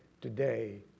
today